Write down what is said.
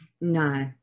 No